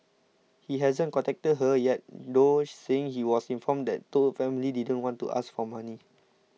he hasn't contacted her yet though saying he was informed that Toh's family didn't want to ask for money